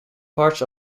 parts